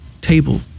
table